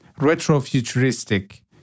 retro-futuristic